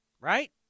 right